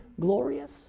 glorious